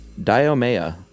diomea